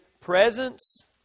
presence